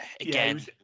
again